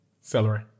Celery